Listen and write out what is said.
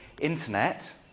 internet